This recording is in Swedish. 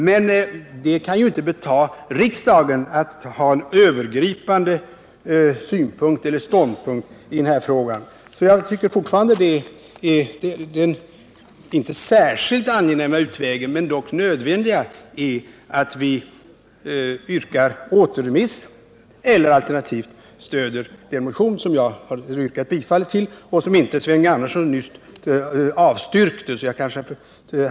Men det kan ju inte betaga riksdagen rätten att inta en övergripande ståndpunkt i den här frågan. Jag tycker fortfarande att den inte särskilt angenäma men nödvändiga utvägen är att yrka återremiss, alternativt stödja den motion som jag yrkat bifall till och som inte Sven G. Andersson nyss avstyrkte.